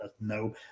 No